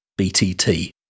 BTT